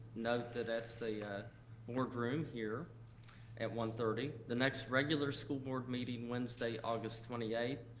note that that's the board room here at one thirty. the next regular school board meeting, wednesday, august twenty eight,